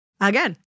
again